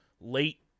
late